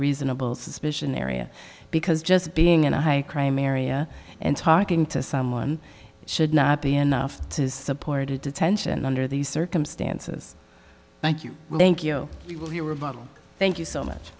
reasonable suspicion area because just being in a high crime area and talking to someone should not be enough to support a detention under these circumstances thank you thank you